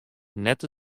net